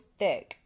thick